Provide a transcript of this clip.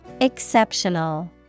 Exceptional